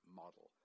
model